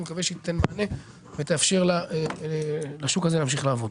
אני מקווה היא תיתן מענה ותאפשר לשוק הזה להמשיך לעבוד.